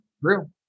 True